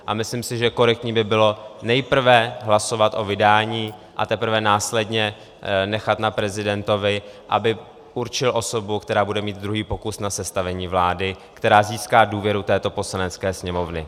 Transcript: A myslím si, že korektní by bylo nejprve hlasovat o vydání, a teprve následně nechat na prezidentovi, aby určil osobu, která bude mít druhý pokus na sestavení vlády, která získá důvěru této Poslanecké sněmovny.